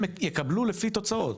הם יקבלו לפי תוצאות,